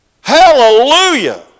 Hallelujah